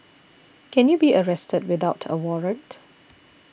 can you be arrested without a warrant